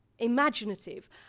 imaginative